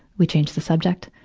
we change the subject.